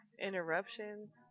Interruptions